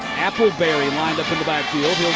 appleberry lines up in the back field, will